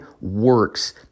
works